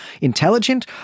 intelligent